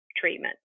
treatment